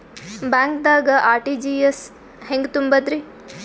ಬ್ಯಾಂಕ್ದಾಗ ಆರ್.ಟಿ.ಜಿ.ಎಸ್ ಹೆಂಗ್ ತುಂಬಧ್ರಿ?